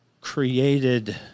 created